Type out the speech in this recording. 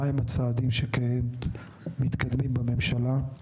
מהם הצעדים שכן מתקיימים בממשלה,